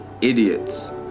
idiots